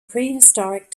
prehistoric